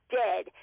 dead